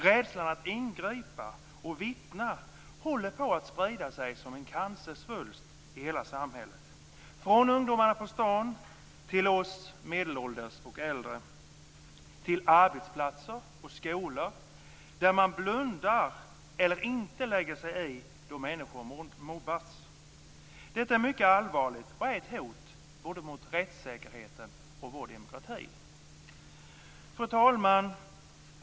Rädslan att ingripa och vittna håller på att sprida sig som en cancersvulst i hela samhället från ungdomarna på stan till oss medelålders och äldre, till arbetsplatser och skolor där man blundar eller inte lägger sig i då människor mobbas. Detta är mycket allvarligt. Det är ett hot både mot rättssäkerheten och mot vår demokrati. Fru talman!